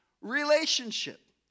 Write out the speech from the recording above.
relationship